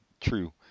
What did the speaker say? true